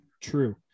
True